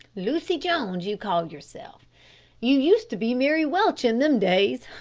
lucy jones you call yourself you used to be mary welch in them days,